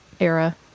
era